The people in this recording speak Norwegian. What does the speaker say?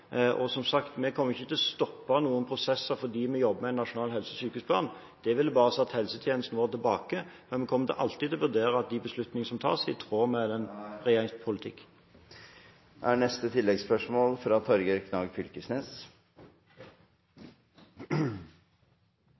og som sagt kommer ikke vi til å stoppe noen prosesser fordi vi jobber med en nasjonal helse- og sykehusplan – det ville bare satt helsetjenesten vår tilbake – men vi kommer alltid til å vurdere om de beslutninger som tas, er i tråd med